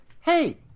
Hey